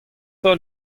holl